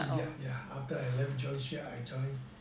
shipyard yeah I left jurong shipyard I join